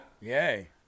Yay